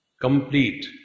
Complete